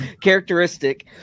characteristic